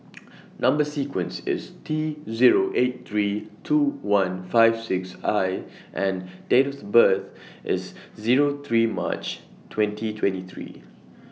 Number sequence IS T Zero eight three two one five six I and Date of birth IS Zero three March twenty twenty three